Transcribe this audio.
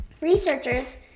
Researchers